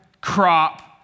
crop